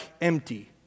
empty